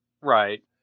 Right